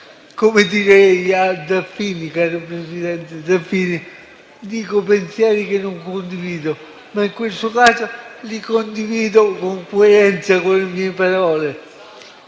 Come direi al caro presidente Zaffini, dico pensieri che non condivido, ma in questo caso li condivido con coerenza con le mie parole.